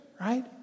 Right